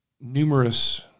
numerous